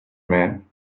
man